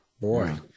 boy